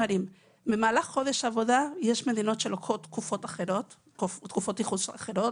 שבמהלך חודש עבודה יש מדינות שלוקחות תקופות ייחוס אחרות,